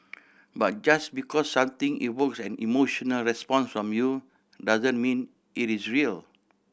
but just because something evokes an emotional response from you doesn't mean it is real